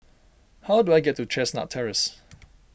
how do I get to Chestnut Terrace